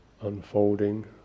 unfolding